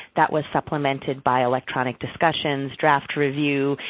that was supplemented by electronic discussions, draft review,